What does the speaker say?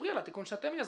ספרי על התיקון שאתם יזמתם.